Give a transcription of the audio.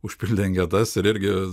užpildė anketas ir irgi